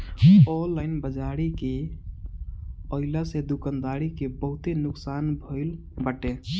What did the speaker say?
online बाजारी के आइला से दुकानदारी के बहुते नुकसान भईल बाटे